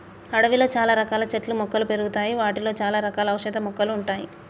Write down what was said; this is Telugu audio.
అడవిలో చాల రకాల చెట్లు మొక్కలు పెరుగుతాయి వాటిలో చాల రకాల ఔషధ మొక్కలు ఉంటాయి